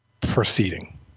proceeding